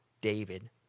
David